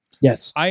Yes